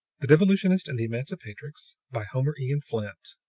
the devolutionist and the emancipatrix by homer eon flint